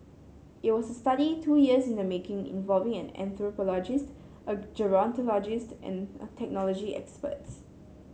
it was a study two years in the making involving an anthropologist a gerontologist and a technology experts